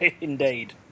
Indeed